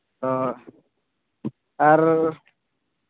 ᱦᱳᱭ ᱟᱨ